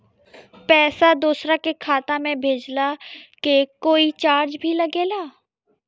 पैसा दोसरा के खाता मे भेजला के कोई चार्ज भी लागेला?